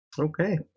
Okay